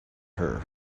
her